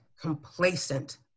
complacent